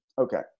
Okay